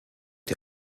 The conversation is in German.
die